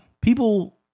People